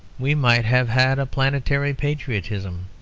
we might have had a planetary patriotism,